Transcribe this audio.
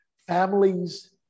families